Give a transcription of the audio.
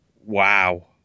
Wow